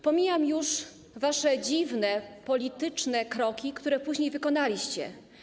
Pomijam już wasze dziwne polityczne kroki, które później wykonaliście.